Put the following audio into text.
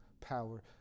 power